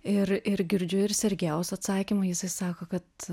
ir ir girdžiu ir sergejaus atsakymą jisai sako kad